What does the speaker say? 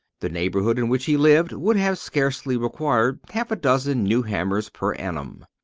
the neighborhood in which he lived would have scarcely required half a dozen new hammers per annum.